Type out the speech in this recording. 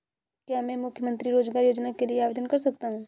क्या मैं मुख्यमंत्री रोज़गार योजना के लिए आवेदन कर सकता हूँ?